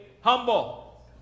humble